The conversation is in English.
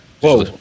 Whoa